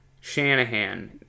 Shanahan